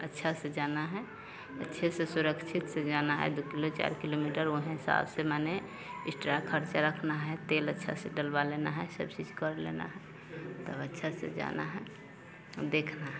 अच्छे से जाना है अच्छे से सुरक्षित से जाना है दो किलो चार किलोमीटर वही हिसाब से माने एक्स्ट्रा खर्चा रखना है तेल अच्छे से डलवा लेना है सब चीज कर लेना है तो अच्छे से जाना है और देखना है